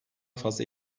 fazla